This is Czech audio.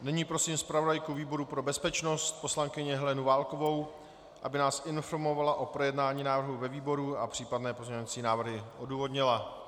Nyní prosím zpravodajku výboru pro bezpečnost poslankyni Helenu Válkovou, aby nás informovala o projednání návrhu ve výboru a případné pozměňovací návrhy odůvodnila.